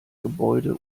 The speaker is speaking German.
gebäude